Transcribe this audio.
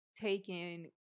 taken